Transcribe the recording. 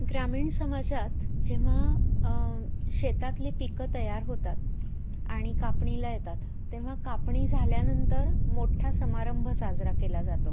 ग्रामीण समाजात जेव्हा शेतातली पिकं तयार होतात आणि कापणीला येतात तेव्हा कापणी झाल्यानंतर मोठा समारंभ साजरा केला जातो